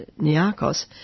Niakos